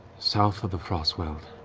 south of the frostweald,